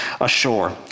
ashore